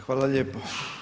Hvala lijepo.